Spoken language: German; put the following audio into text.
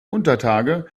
untertage